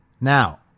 Now